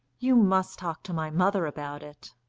you must talk to my mother about it,